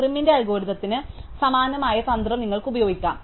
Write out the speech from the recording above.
പ്രിമിന്റെ അൽഗോരിതത്തിന് സമാനമായ തന്ത്രം നിങ്ങൾക്ക് ഉപയോഗിക്കാം